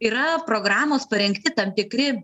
yra programos parengti tam tikri